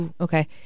Okay